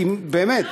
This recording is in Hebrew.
באמת,